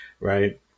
right